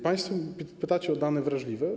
Państwo pytacie o dane wrażliwe.